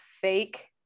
fake